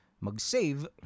mag-save